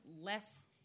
less